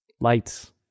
lights